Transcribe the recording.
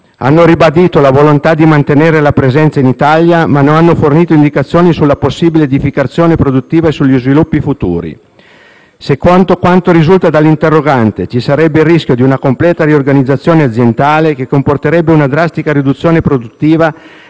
hanno ribadito la volontà di mantenere la presenza in Italia, ma non hanno fornito indicazioni sulla possibile diversificazione produttiva e sugli sviluppi futuri. Secondo quanto risulta all'interrogante, ci sarebbe il rischio di una completa riorganizzazione aziendale che comporterebbe una drastica riduzione produttiva